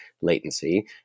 latency